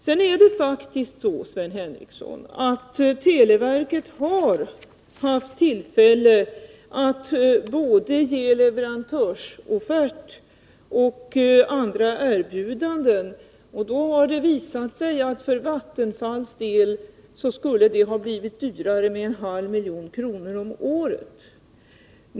Sedan är det faktiskt så, Sven Henricsson, att televerket har haft tillfälle att både ge leverantörsoffert och lämna andra erbjudanden, och då har det visat sig att dess system för Vattenfalls del skulle ha blivit en halv miljon kronor dyrare om året.